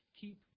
keep